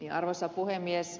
arvoisa puhemies